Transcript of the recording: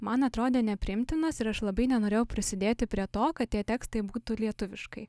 man atrodė nepriimtinas ir aš labai nenorėjau prisidėti prie to kad tie tekstai būtų lietuviškai